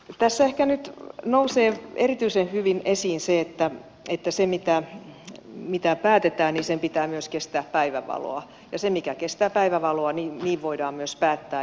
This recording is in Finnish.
tässä ehkä nyt nousee erityisen hyvin esiin se että sen mitä päätetään pitää myös kestää päivänvaloa ja se mikä kestää päivänvaloa voidaan myös päättää